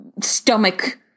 stomach